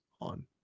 on